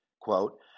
quote